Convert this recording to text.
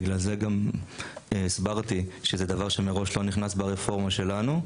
בגלל זה גם הסברתי שזה דבר שמראש לא נכנס ברפורמה שלנו,